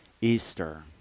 Easter